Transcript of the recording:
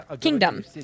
kingdom